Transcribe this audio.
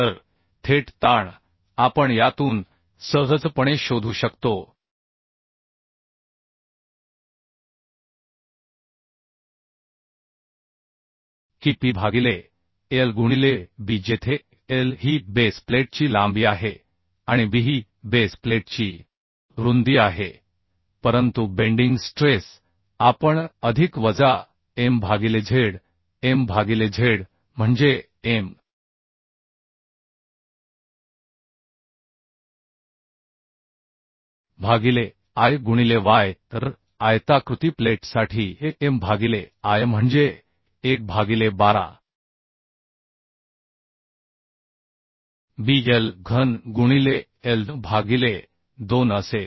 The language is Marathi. तर थेट ताण आपण यातून सहजपणे शोधू शकतो की p भागिले l गुणिले b जेथे l ही बेस प्लेटची लांबी आहे आणि b ही बेस प्लेटची रुंदी आहे परंतु बेंडिंग स्ट्रेस आपण अधिक वजा m भागिले z m भागिले z म्हणजे m भागिले i गुणिले y तर आयताकृती प्लेटसाठी हे m भागिले i म्हणजे 1 भागिले 12 bl घन गुणिले l भागिले 2 असेल